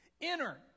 enter